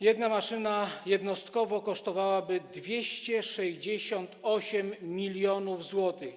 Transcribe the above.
Jedna maszyna jednostkowo kosztowałaby 268 mln zł.